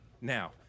Now